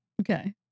Okay